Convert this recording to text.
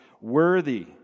worthy